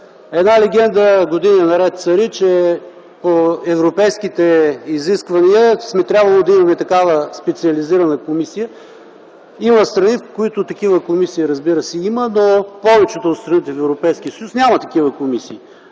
Една легенда години наред цари, че по европейските изисквания сме трябвало да имаме такава специализирана комисия. Има страни, в които, разбира се, има такива комисии, но в повечето от страните от Европейския съюз няма такива комисии.